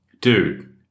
Dude